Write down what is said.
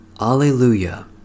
Alleluia